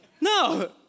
No